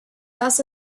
das